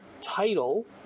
title